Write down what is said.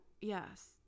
yes